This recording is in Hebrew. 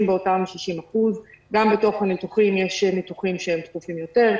באותם 60%. גם בתוך הניתוחים יש כאלה שהם דחופים יותר,